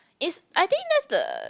is I think that's the